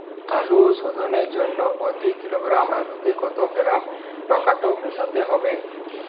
আলু শোধনের জন্য প্রতি কিলোগ্রাম আলুতে কত গ্রাম টেকটো মেশাতে হবে?